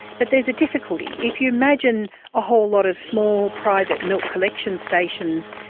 but there is a difficulty if you imagine a whole lot of small private milk collection stations,